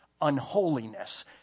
unholiness